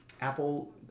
Apple